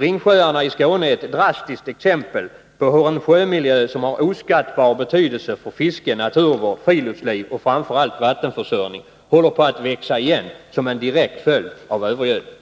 Ringsjöarna i Skåne är ett drastiskt exempel på hur en sjömiljö som har oskattbar betydelse för fiske, naturvård, friluftsliv och framför allt vattenförsörjning håller på att växa igen som en direkt följd av övergödning.